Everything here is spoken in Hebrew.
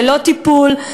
ללא טיפול,